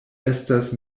estas